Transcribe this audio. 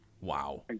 Wow